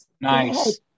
Nice